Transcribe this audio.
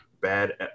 bad